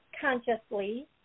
consciously